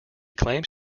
claims